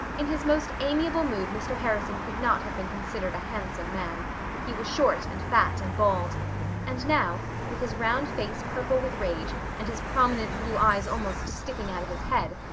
in his most amiable mood mr. harrison could not have been considered a handsome man he was short and fat and bald and now, with his round face purple with rage and his prominent blue eyes almost sticking out of his head,